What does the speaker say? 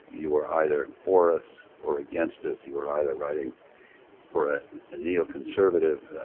you were either for us or against us, you were either writing for a neo-conservative